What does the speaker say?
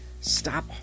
stop